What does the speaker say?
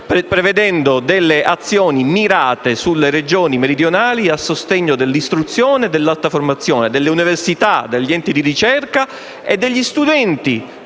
prevedendo delle azioni mirate sulle Regioni meridionali a sostegno dell'istruzione e dell'alta formazione, delle università, degli enti di ricerca, degli studenti